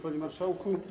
Panie Marszałku!